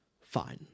Fine